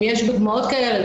אם יש דוגמאות כאלה,